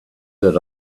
that